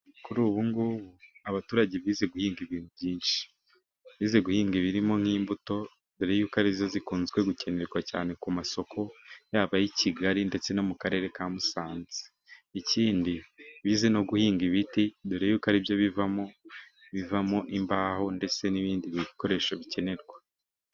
Kuri ubu ngubu abaturage bize guhinga ibintu byinshi . Bize guhinga ibirimo nk'imbuto dore y'uko arizo zikunze gukenerwa cyane ku masoko , yaba ay'i Kigali ndetse no mu karere ka Musanze . Ikindi bize no guhinga ibiti , dore y'uko ari byo bivamo imbaho , ndetse n'ibindi bikoresho bikenerwa.